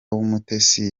w’umutesi